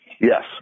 Yes